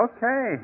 Okay